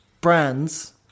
brands